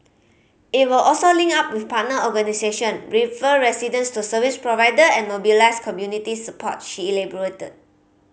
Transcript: it would also link up with partner organisation refer residents to service provider and mobilise community support she elaborated